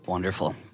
Wonderful